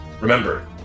Remember